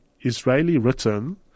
Israeli-written